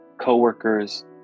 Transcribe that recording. coworkers